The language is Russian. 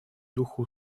духу